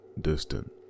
distant